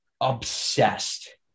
obsessed